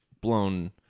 blown